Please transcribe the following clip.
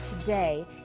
today